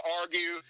argue